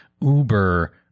Uber